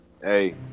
Hey